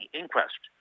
inquest